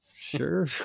sure